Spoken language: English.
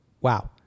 wow